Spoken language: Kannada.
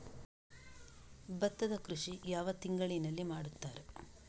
ಭತ್ತದ ಕೃಷಿ ಯಾವ ಯಾವ ತಿಂಗಳಿನಲ್ಲಿ ಮಾಡುತ್ತಾರೆ?